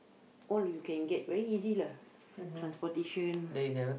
all you can get very easy lah transportation